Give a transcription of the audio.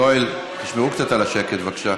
יואל, תשמרו קצת על השקט, בבקשה.